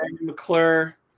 mcclure